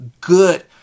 good